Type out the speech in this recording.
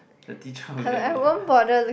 the teacher will be like